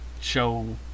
show